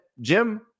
Jim